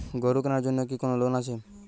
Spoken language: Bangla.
গরু কেনার জন্য কি কোন লোন আছে?